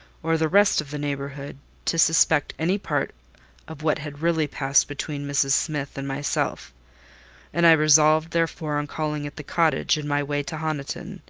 or the rest of the neighbourhood, to suspect any part of what had really passed between mrs. smith and myself and i resolved therefore on calling at the cottage, in my way to honiton.